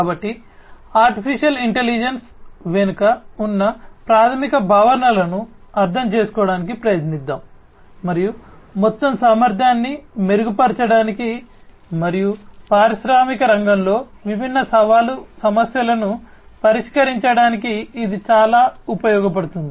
కాబట్టి AI వెనుక ఉన్న ప్రాథమిక భావనలను అర్థం చేసుకోవడానికి ప్రయత్నిద్దాం మరియు మొత్తం సామర్థ్యాన్ని మెరుగుపరచడానికి మరియు పారిశ్రామిక రంగంలో విభిన్న సవాలు సమస్యలను పరిష్కరించడానికి ఇది ఎలా ఉపయోగపడుతుంది